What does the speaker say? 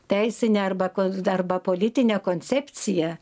teisinę arba ko arba politinę koncepciją